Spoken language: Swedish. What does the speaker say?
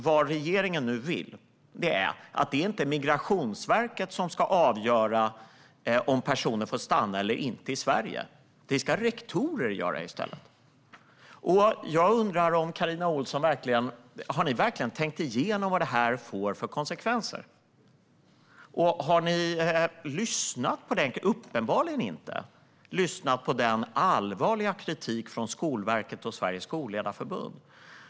Vad regeringen vill är att rektorer och inte Migrationsverket ska avgöra om personer får stanna i Sverige eller inte. Har ni tänkt igenom vad det får för konsekvenser? Uppenbarligen har ni inte lyssnat på den allvarliga kritiken från Skolverket och Sveriges Skolledarförbund.